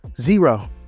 Zero